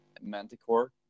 manticore